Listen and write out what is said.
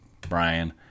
Brian